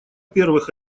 первых